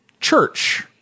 church